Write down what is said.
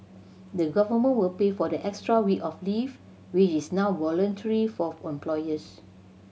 the Government will pay for the extra week of leave which is now voluntary for employers